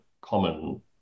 common